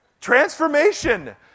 Transformation